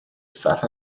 sat